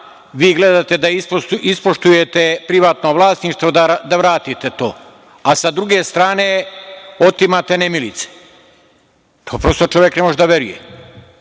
vi gledate da ispoštujete privatno vlasništvo, da vratite to, a sa druge strane otimate nemilice. To prosto čovek ne može da veruje. Ne